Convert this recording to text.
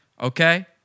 Okay